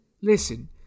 listen